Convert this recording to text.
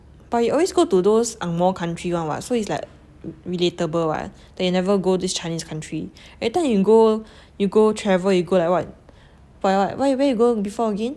but you always go to those ang moh country [one] [what] so it's like relatable [what] that you never go this chinese country every time you go you go travel you go a lot got where where you go before again